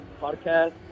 podcast